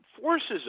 forces